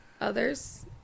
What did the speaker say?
others